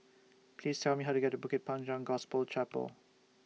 Please Tell Me How to get to Bukit Panjang Gospel Chapel